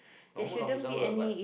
normal office hour but